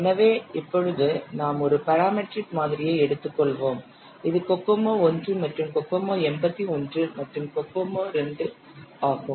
எனவே இப்பொழுது நாம் ஒரு பராமெட்ரிக் மாதிரியை எடுத்துக்கொள்வோம் இது கோகோமோ 1 மற்றும் கோகோமோ 81 மற்றும் கோகோமோ II ஆகும்